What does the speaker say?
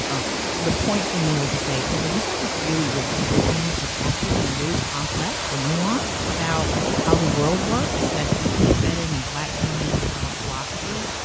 um the point for me was to say, yeah, but we've got this really rich tradition of actually being really complex and nuanced about how the world works, that's deeply embedded in black feminist um philosophy,